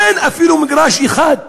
אין אפילו מגרש אחד לקנות,